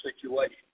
situation